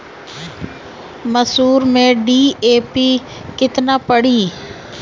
मसूर में डी.ए.पी केतना पड़ी?